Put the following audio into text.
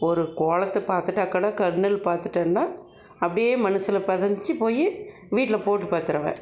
ஒரு கோலத்தை பார்த்துட்டாக்கூட கண்ணில் பார்த்துட்டேன்னா அப்படியே மனசில் பதிஞ்சு போய் வீட்டில் போட்டு பார்த்துருவேன்